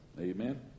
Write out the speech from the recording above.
Amen